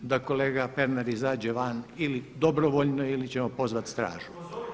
Da kolega Pernar izađe van ili dobrovoljno ili ćemo pozvati stražu.